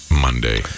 Monday